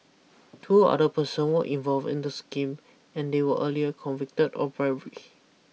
two other person were involved in the scheme and they were earlier convicted of bribery